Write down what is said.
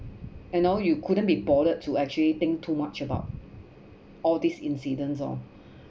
you know you couldn't be bothered to actually think too much about all these incidents lor